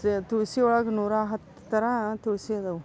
C ತುಳಸಿ ಒಳಗೆ ನೂರಾ ಹತ್ತು ಥರ ತುಳಸಿ ಇದಾವು